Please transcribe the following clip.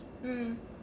mm